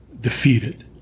defeated